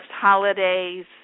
holidays